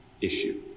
issue